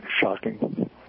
shocking